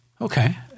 Okay